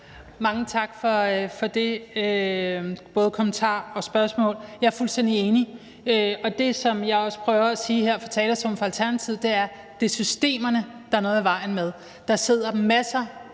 Mange tak for både kommentaren og spørgsmålet. Jeg er fuldstændig enig, og det, som jeg også prøver at sige her fra talerstolen fra Alternativets side, er, at det er systemerne, der er noget i vejen med. Der sidder masser af